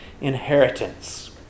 inheritance